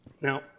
Now